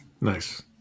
nice